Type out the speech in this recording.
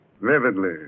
Vividly